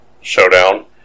showdown